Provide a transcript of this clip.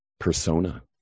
persona